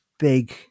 big